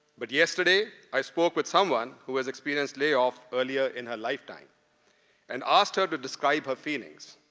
but yesterday i spoke with someone who has experienced layoff earlier in her lifetime and asked her to describe her feelings.